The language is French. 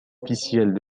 officielles